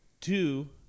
two